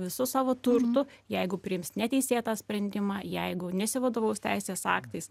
visu savo turtu jeigu priims neteisėtą sprendimą jeigu nesivadovaus teisės aktais